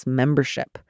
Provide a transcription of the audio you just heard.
membership